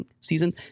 season